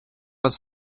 под